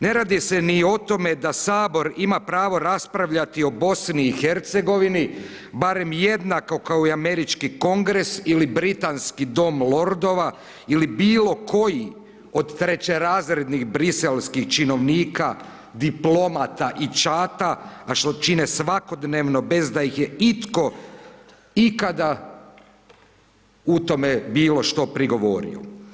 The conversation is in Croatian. Ne radi se ni o tome da Sabor ima pravo raspravljati o BiH, barem jednako kao i Američki kongres ili britanski Dom lordova ili bilo koji od trećerazrednih briselskih činovnika, diplomata i ... a što čine svakodnevno bez da ih je itko ikada u tome bilo što prigovorio.